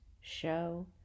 Show